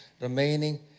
remaining